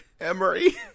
Emery